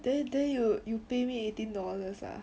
then then you you pay me eighteen dollars ah